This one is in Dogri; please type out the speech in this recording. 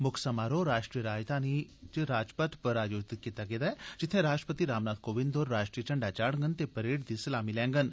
म्क्ख समारोह राश्ट्रीय राजधानी च राजपथ पर आयोजित कीता गेदा ऐ जित्थे राष्ट्रपति रामनाथ कोविंद होर राश्ट्रीय झंडा चाढ़डन ते परेड दी सलामी लैडन